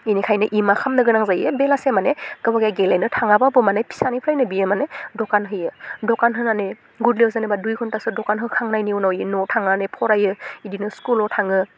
इनिखायनो इ मा खामनो गोनां जायो बेलासिआव माने गाव देलायनो थाङाबाबो माने फिसानिफ्रायनो बियो माने दखान होयो दखान होनानै गुदलियाव जेनबा दुइ घन्टासो दखान होखांनायनि उनाव इयो नआव थांनानै फरायो इदिनो स्कुलाव थाङो